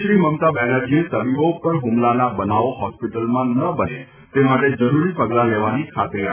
શ્રી મમતા બેનરજીએ તબીબો ઉપર હુમલાના બનાવો હોસ્પિટલમાં ન બને તે માટે જરૂરી પગલા લેવાની ખાતરી આપી હતી